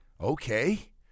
okay